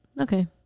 okay